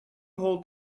hall